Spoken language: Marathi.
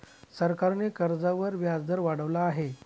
सरकारने कर्जावर व्याजदर वाढवला आहे